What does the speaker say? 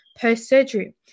post-surgery